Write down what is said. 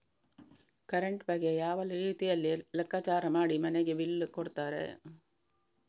Current ಬಗ್ಗೆ ಯಾವ ರೀತಿಯಲ್ಲಿ ಲೆಕ್ಕಚಾರ ಮಾಡಿ ಮನೆಗೆ ಬಿಲ್ ಕೊಡುತ್ತಾರೆ?